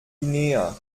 guinea